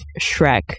Shrek